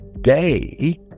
day